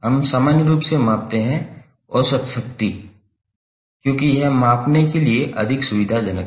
हम सामान्य रूप से मापते हैं औसत शक्ति क्योंकि यह मापने के लिए अधिक सुविधाजनक है